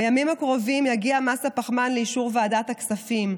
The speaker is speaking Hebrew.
בימים הקרובים יגיע מס הפחמן לאישור ועדת הכספים.